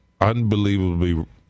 unbelievably –